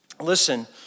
Listen